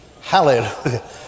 Hallelujah